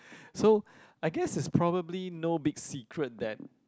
so I guess is probably no big secret that